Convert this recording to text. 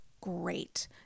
great